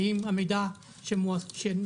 האם המידע שנאסף,